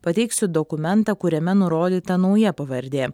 pateiksiu dokumentą kuriame nurodyta nauja pavardė